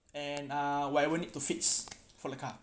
and uh whatever need to fix for the car